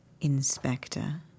Inspector